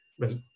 Right